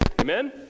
Amen